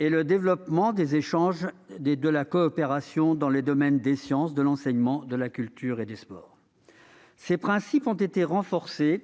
le développement des échanges et de la coopération dans les domaines des sciences, de l'enseignement, de la culture et des sports. Ces principes ont été réaffirmés